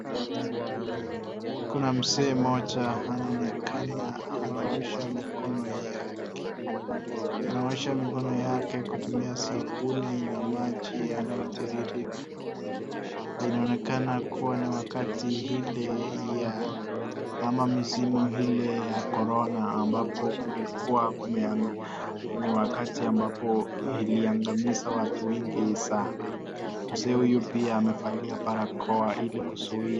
Kuna mzee mmoja anaonekana anaosha mikono yake. Anaosha mikono yake kutumia sabuni na maji yanayotiririka. Inaonekana kuwa ni wakati ile ya ama mizimu ile ya korona ambapo kulikuwa ni wakati ambapo iliangamiza watu wengi sana. Mzee huyu pia amevalia barakoa ili kuzuia.